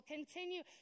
Continue